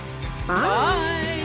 bye